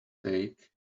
take